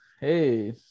Hey